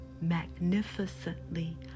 magnificently